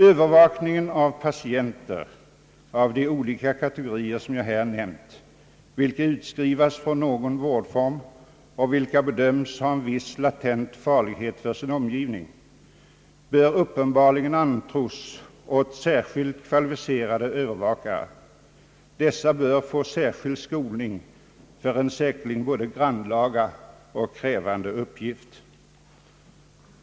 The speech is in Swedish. Övervakningen av patienter tillhörande de olika här nämnda kategorierna, vilka skrivs ut från någon vårdform och bedöms ha en viss latent farlighet för sin omgivning, bör uppenbarligen anförtros åt särskilt kvalificerade övervakare. Dessa bör få speciell skolning för en säkerligen båda grannlaga och krävande uppgift.